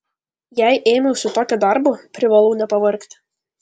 jei ėmiausi tokio darbo privalau nepavargti